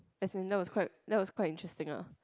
as in that was quite that was quite interesting ah